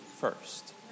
first